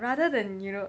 rather than you know